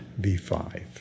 V5